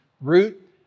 root